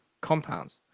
compounds